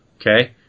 Okay